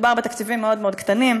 מדובר בתקציבים מאוד מאוד קטנים,